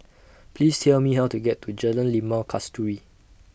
Please Tell Me How to get to Jalan Limau Kasturi